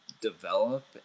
develop